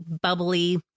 bubbly